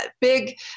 big